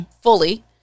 fully